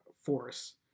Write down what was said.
force